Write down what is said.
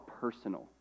personal